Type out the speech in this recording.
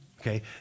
Okay